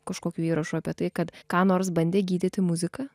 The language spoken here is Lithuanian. kažkokių įrašų apie tai kad ką nors bandė gydyti muzika